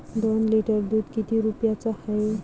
दोन लिटर दुध किती रुप्याचं हाये?